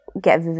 get